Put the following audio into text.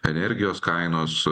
energijos kainos